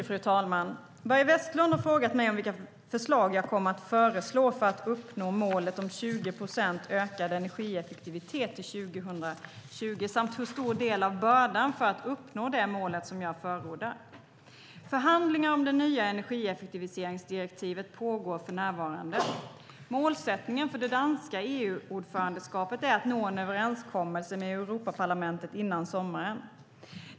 Fru talman! Börje Vestlund har frågat mig om vilka förslag jag kommer att föreslå för att uppnå EU-målet om 20 procent ökad energieffektivitet till 2020 samt hur stor del av bördan för att uppnå målet jag förordar. Förhandlingar om det nya energieffektiviseringsdirektivet pågår för närvarande. Målsättningen för det danska EU-ordförandeskapet är att nå en överenskommelse med Europaparlamentet före sommaren.